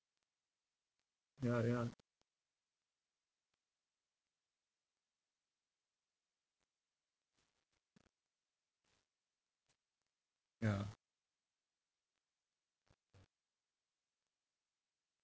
ya ya ya